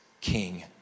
king